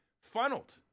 funneled